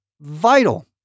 vital